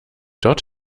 dort